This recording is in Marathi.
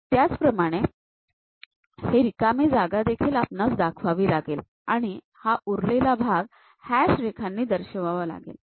त्याचप्रमाणे हे रिकामी जागादेखील आपणास दाखवावी लागेल आणि उरलेला भाग हॅश रेखांनी दर्शवावा लागेल